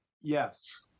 Yes